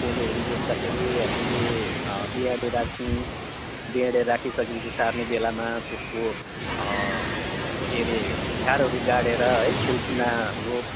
कोदोहरू रोप्दाखेरि हामीले ब्याडे राख्यौँ ब्याडे राखिसकेपछि सार्ने बेलामा त्यसको के अरे झारहरू गाढेर है छेउ कुना रोप